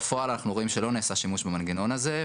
בפועל אנחנו רואים שלא נעשה שימוש במנגנון הזה.